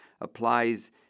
applies